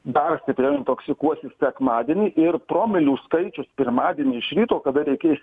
dar stipriau intoksikuosis sekmadienį ir promilių skaičius pirmadienį iš ryto kada reikės